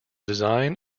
design